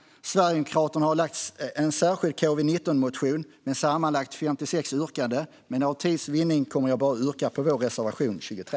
Sverigedemokraterna har väckt en särskild covid-19 motion med sammanlagt 56 yrkanden. Men för tids vinnande kommer jag att yrka bifall bara till vår reservation 23.